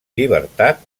llibertat